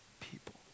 people